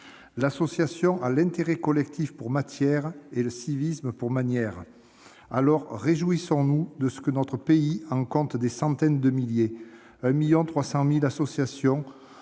L'association a l'intérêt collectif pour matière et le civisme pour manière. Réjouissons-nous alors de ce que notre pays compte des centaines de milliers d'associations